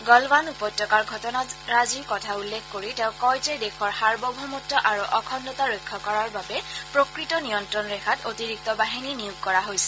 গলৱান উপত্যকাৰ ঘটনাৰাজিৰ কথা উল্লেখ কৰি তেওঁ কয় যে দেশৰ সাৰ্বভৌমত্ব আৰু অখণ্ডতা ৰক্ষা কৰাৰ বাবে প্ৰকৃত নিয়ন্ত্ৰণ ৰেখাত অতিৰিক্ত বাহিনী নিয়োগ কৰা হৈছে